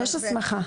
יש הסמכה.